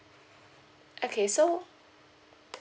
okay so